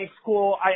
school